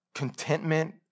contentment